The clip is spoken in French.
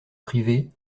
privé